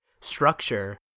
structure